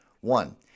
One